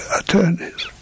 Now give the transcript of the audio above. attorneys